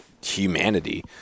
humanity